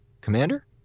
Commander